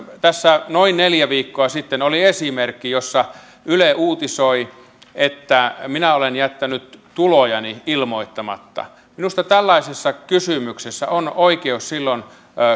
tässä noin neljä viikkoa sitten oli esimerkki yle uutisoi että minä olen jättänyt tulojani ilmoittamatta minusta tällaisessa kysymyksessä on oikeus silloin